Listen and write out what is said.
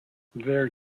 their